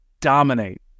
dominate